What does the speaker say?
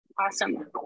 awesome